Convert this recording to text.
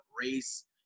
race